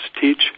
teach